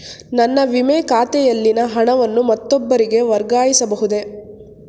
ನನ್ನ ವಿಮೆ ಖಾತೆಯಲ್ಲಿನ ಹಣವನ್ನು ಮತ್ತೊಬ್ಬರಿಗೆ ವರ್ಗಾಯಿಸ ಬಹುದೇ?